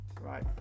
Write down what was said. Right